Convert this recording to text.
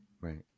right